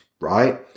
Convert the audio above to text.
right